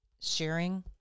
sharing